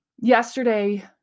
yesterday